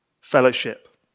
fellowship